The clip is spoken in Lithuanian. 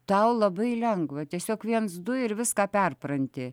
tau labai lengva tiesiog viens du ir viską perpranti